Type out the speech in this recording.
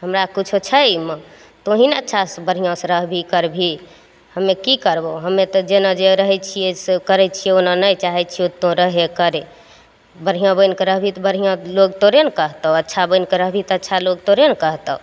हमरा कुछो छै अइमे तौंही ने अच्छासँ बढ़िआँसँ रहबही करबही हमे की करबौ हमे तऽ जेना जे रहय छियै से करय छियौ ओना नहि चाहय छियौ तौं रहय करय बढ़िआँ बनि कऽ रहबिही तऽ बढ़िआँ लोग तोरे ने कहतौ अच्छा बनबऽ रहबही तऽ अच्छा लोग तोरेने कहतौ